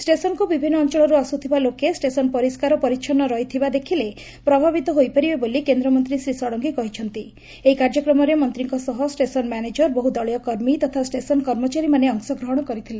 ଷେସନକୁ ବିଭିନ୍ନ ଅଞଳରୁ ଆସୁଥିବା ଲୋକେ ଷେସନ୍ ପରିଷ୍କାର ପରିଚ୍ଚନ୍ନ ରହିଥିବା ଦେଖିଲେ ପ୍ରଭାବିତ ହୋଇପାରିବେ ବୋଲି କେନ୍ଦ୍ରମନ୍ତୀ ଶ୍ରୀ ଷଡ଼ଙଙୀ କହିଚ୍ଚନ୍ତି ଏହି କାର୍ଯ୍ୟକ୍ରମରେ ମନ୍ତୀଙ୍କ ସହ ଷେସନ୍ ମ୍ୟାନେଜର ବହୁ ଦଳୀୟ କର୍ମୀ ତଥା ଷେସନ କର୍ମଚାରୀମାନେ ଅଂଶ ଗ୍ରହଶ କରିଥିଲେ